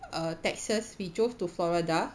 err texas we drove to florida